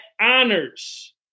honors